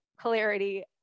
clarity